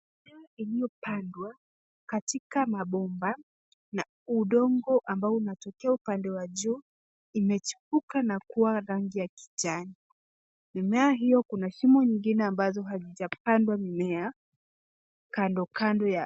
Mimea iliyopandwa katika mabomba na udongo ambao unatokea upande wa juu, imechipuka na kuwa rangi ya kijani. Mimea hiyo kuna shimo zingine hazijapandwa mimea, kando kando ya